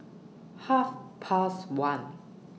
Half Past one